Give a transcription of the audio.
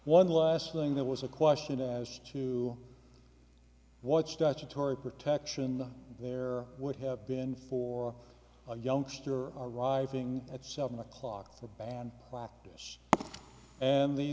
one last thing that was a question as to what statutory protection there would have been for a youngster arriving at seven o'clock for band practice and the